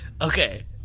okay